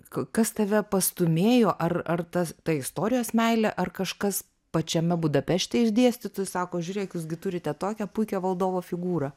kas tave pastūmėjo ar ar ta istorijos meilė ar kažkas pačiame budapešte iš dėstytojų sako žiūrėk jūs gi turite tokią puikią valdovo figūrą